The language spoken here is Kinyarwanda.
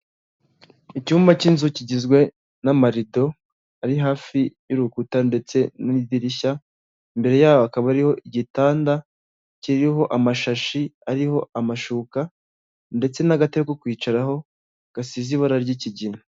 Icyumba cy'inzu kigizwe n'amarido ari hafi y'urukuta ndetse n'idirishya imbere yaboho akaba ari igitanda kiriho amashashi ariho amashuka ndetse n'agateko kwicaraho gasize ibara ry'ikigina.